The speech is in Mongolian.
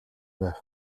байв